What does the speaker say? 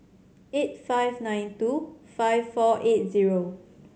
eight five nine two five four eight zero